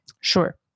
Sure